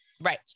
Right